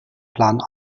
plan